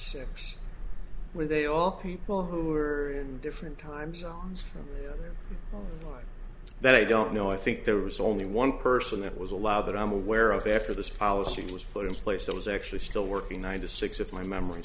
six where they all people who are in different time zones like that i don't know i think there was only one person that was allowed that i'm aware of after this policy was put in place that was actually still working nine to six if my memory